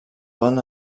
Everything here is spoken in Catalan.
poden